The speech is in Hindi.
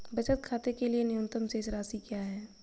बचत खाते के लिए न्यूनतम शेष राशि क्या है?